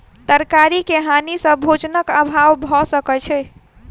तरकारी के हानि सॅ भोजनक अभाव भअ सकै छै